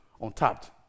untapped